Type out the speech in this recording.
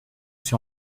sur